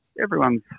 everyone's